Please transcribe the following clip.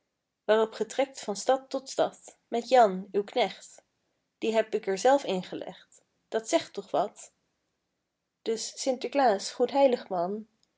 ge trekt van stad tot stad met jan uw knecht die heb ik zelf er in gelegd dat zegt toch wat dus sinterklaas goed heilig man